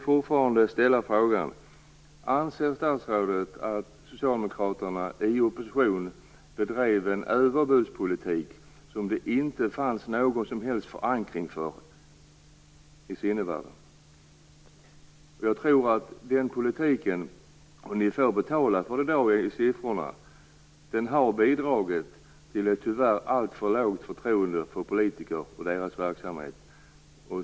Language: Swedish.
Fortfarande undrar jag om statsrådet anser att Socialdemokraterna i opposition bedrev en överbudspolitik för vilken det inte fanns någon som helst förankring i sinnevärlden. Jag tror att den politiken - som ni i dag får betala för när det gäller väljarsiffror - har bidragit till ett, tyvärr, alltför litet förtroende för politiker och deras verksamhet.